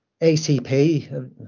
ACP